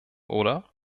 oder